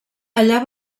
allà